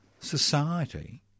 society